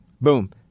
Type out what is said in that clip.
Boom